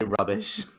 rubbish